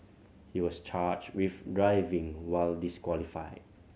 he was charged with driving while disqualified